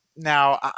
Now